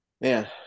Man